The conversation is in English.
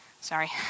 sorry